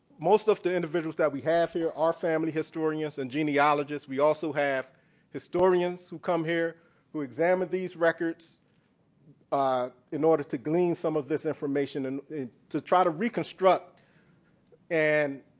most of the individuals that we have here are family historians and genealogists. we also have historians who come here who examine these records in order glean some of this information and to try to reconstruct and